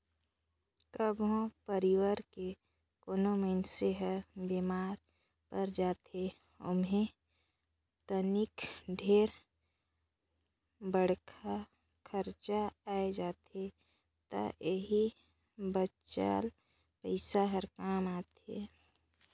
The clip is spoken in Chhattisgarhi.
कभो परवार के कोनो मइनसे हर बेमार पर जाथे ओम्हे तनिक ढेरे बड़खा खरचा आये जाथे त एही बचाल पइसा हर काम आथे